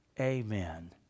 Amen